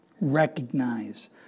Recognize